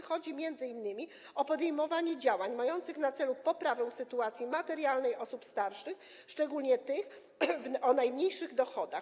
Chodzi m.in. o podejmowanie działań mających na celu poprawę sytuacji materialnej osób starszych, szczególnie tych o najniższych dochodach.